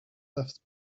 left